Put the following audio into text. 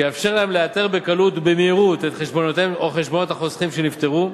שהאתר יאפשר להם לאתר בקלות ובמהירות את חשבונות החוסכים שנפטרו.